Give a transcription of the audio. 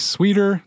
Sweeter